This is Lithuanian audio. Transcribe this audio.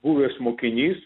buvęs mokinys